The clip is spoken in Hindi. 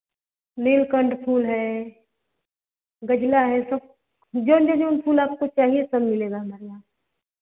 नीलकंठ फूल है गजला है सब जौन जौन फूल आपको चाहिए सब मिलेगा